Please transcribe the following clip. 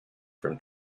from